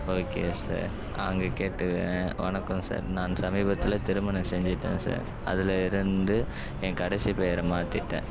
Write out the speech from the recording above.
okay sir அங்கே கேட்டுக்கறேன் வணக்கம் சார் நான் சமீபத்தில் திருமணம் செஞ்சிவிட்டேன் சார் அதில் இருந்து என் கடைசி பேரை மாற்றிட்டேன்